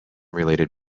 related